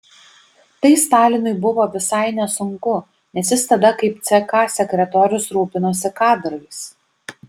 tai stalinui buvo visai nesunku nes jis tada kaip ck sekretorius rūpinosi kadrais